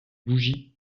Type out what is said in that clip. bougies